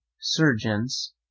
surgeons